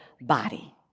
body